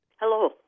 Hello